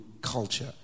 culture